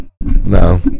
No